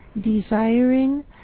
desiring